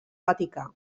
vaticà